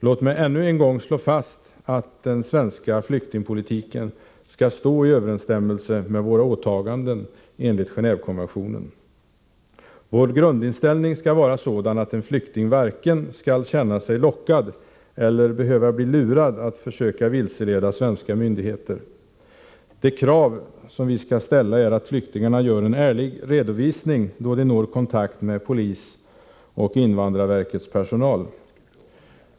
Låt mig än en gång slå fast att den svenska flyktingpolitiken skall stå i överensstämmelse med våra åtaganden enligt Gen&vekonventionen. Vår grundinställning skall vara sådan att en flykting varken skall känna sig lockad eller behöva bli lurad att försöka vilseleda svenska myndigheter. De krav som vi skall ställa är att flyktingarna gör en ärlig redovisning då de når kontakt med polis och invandrarverkets personal.